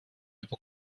über